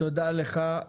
תודה לך.